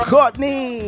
Courtney